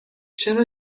چرا